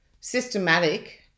Systematic